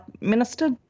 minister